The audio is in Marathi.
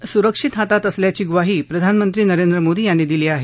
देश सुरक्षित हातात असल्याची ग्वाही प्रधानमंत्री नरेंद्र मोदी यांनी दिली आहे